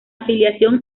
afiliación